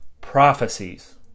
prophecies